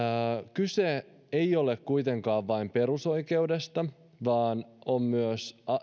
kyse ei ole kuitenkaan vain perusoikeudesta vaan